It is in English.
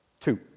Two